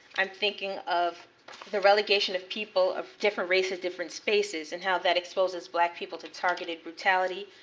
i'm thinking of the relegation of people of different races, different spaces, and how that exposes black people to targeted brutality,